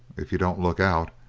if you don't look out,